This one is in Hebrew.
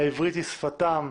העברית היא שפתם,